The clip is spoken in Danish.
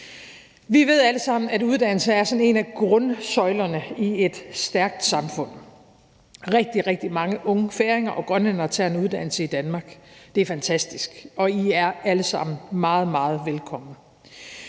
Vi ved alle sammen at uddannelse er en af grundsøjlerne i et stærkt samfund. Rigtig, rigtig mange unge færinger og grønlændere tager en uddannelse i Danmark. Det er fantastisk, og I er alle sammen meget, meget